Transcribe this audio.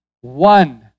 one